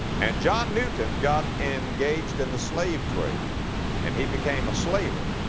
and john newton got engaged in the slave trade and he became a slaver,